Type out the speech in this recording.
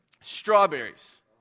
strawberries